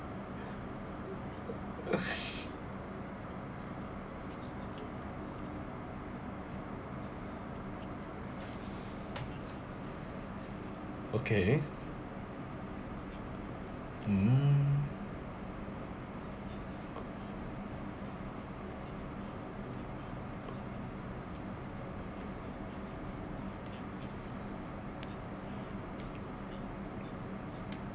okay mm